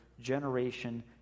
generation